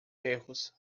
erros